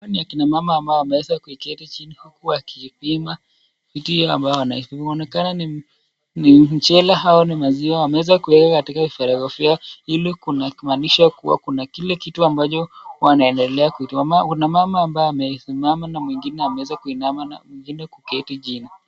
Hawa ni akina mama ambao wameweza kuketi chini huku kuipima vitu ambayo inaonekana ni mchele au maziwa wameweza kuiweka katika vifarago vyao ili kumaanisha kuwa kuna kile kitu ambacho wanaendelea kuna mama ambaye amesimama na mwingine ameweza kuinama na mwingine kuketi chini.